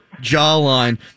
jawline